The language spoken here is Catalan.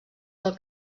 del